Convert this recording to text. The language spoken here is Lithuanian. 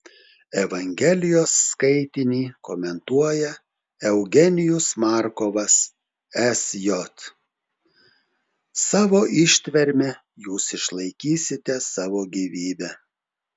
evangelijos skaitinį komentuoja eugenijus markovas sj savo ištverme jūs išlaikysite savo gyvybę